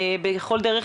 בכל דרך,